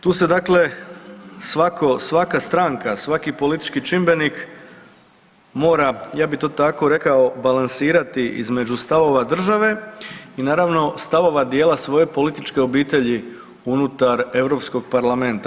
Tu se dakle svaka stranka, svaki politički čimbenik mora ja bih to tako rekao balansirati između stavova države i naravno stavova dijela svoje političke obitelji unutar Europskog parlamenta.